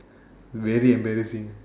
very embarrassing